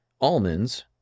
almonds